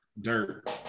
Dirt